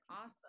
awesome